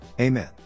Amen